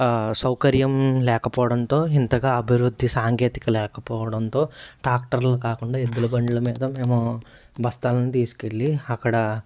సౌకర్యం లేకపోవడంతో ఇంతగా అభివృద్ధి సాంకేతిక లేకపోవడంతో టాక్టర్లు కాకుండా ఎద్దుల బండ్లు మీద మేము బస్తాల్ని తీసుకెళ్లి అక్కడ